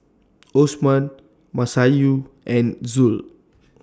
Osman Masayu and Zul